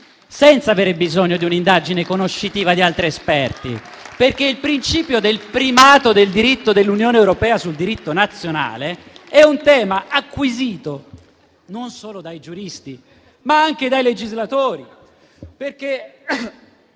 senza avere bisogno di un'indagine conoscitiva di altri esperti. Il principio del primato del diritto dell'Unione europea sul diritto nazionale è un tema acquisito non solo dai giuristi, ma anche dai legislatori. Esiste